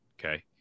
Okay